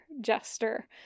Jester